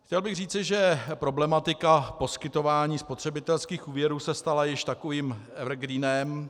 Chtěl bych říci, že problematika poskytování spotřebitelských úvěrů se stala již takovým evergreenem.